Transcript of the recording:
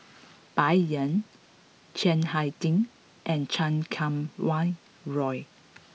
Bai Yan Chiang Hai Ding and Chan Kum Wah Roy